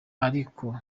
ariko